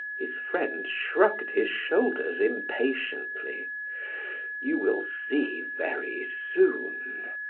his friend shrugged his shoulders impatiently you will see very soon.